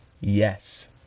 yes